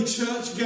church